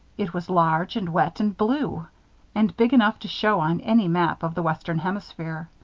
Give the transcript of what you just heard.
it was large and wet and blue and big enough to show on any map of the western hemisphere.